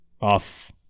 Off